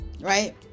Right